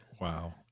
Wow